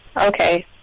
Okay